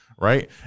right